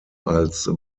als